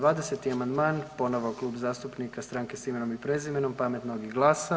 20. amandman, ponovo Klub zastupnika Stranke s imenom i prezimenom, Pametnog i GLAS-a.